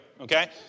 okay